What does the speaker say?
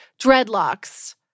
dreadlocks